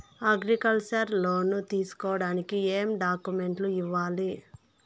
Agriculture loan తీసుకోడానికి ఏం డాక్యుమెంట్లు ఇయ్యాలి?